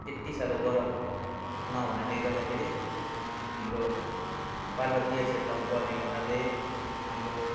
त्यति साह्रो गरम नहुनाले गर्दाखेरि हाम्रो पार्वतीय क्षेत्रमा पर्ने हुनाले हाम्रो